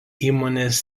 įmonės